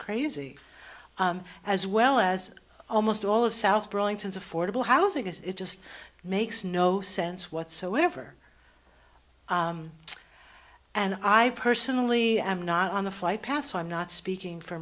crazy as well as almost all of south burlington affordable housing is it just makes no sense whatsoever and i personally am not on the flight path so i'm not speaking for